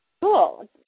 Cool